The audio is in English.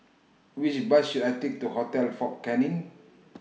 Which Bus should I Take to Hotel Fort Canning